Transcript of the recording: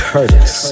Curtis